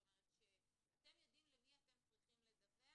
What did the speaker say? זאת אומרת שאתם יודעים למי אתם צריכים לדווח.